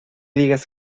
digas